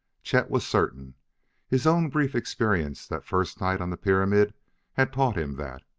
chet was certain his own brief experience that first night on the pyramid had taught him that.